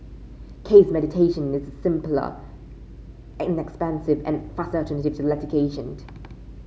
case mediation is simpler inexpensive and faster alternative to litigation